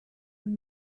und